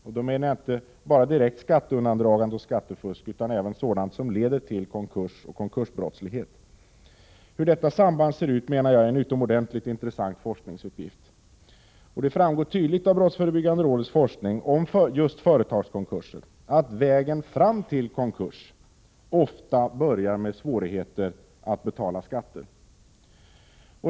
Jag avser då inte bara direkt skatteundandragande och skattefusk utan även sådant som leder till konkurs och konkursbrottslighet. Jag anser att det är en utomordentligt intressant forskningsuppgift att ta reda på hur detta samband ser ut. Det framgår tydligt av brottsförebyggande rådets forskning om just företagskonkurser att vägen fram till konkurs ofta börjar med svårigheter att betala skatter.